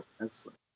Excellent